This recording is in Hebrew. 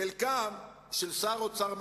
חלקם של שר אוצר מצוי,